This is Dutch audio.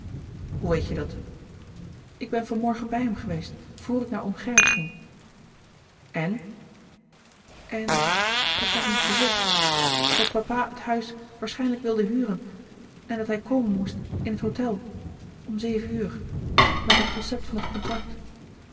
hoe weet je dat ik ben van morgen bij hem geweest vr ik naar oom gerrit ging louis couperus de boeken der kleine zielen en en ik heb hem gezegd dat papa het huis waarschijnlijk wilde huren en dat hij komen moest in het hôtel om zeven uur met een concept van het contract